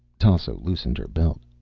tasso loosened her belt.